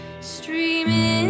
Streaming